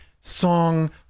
song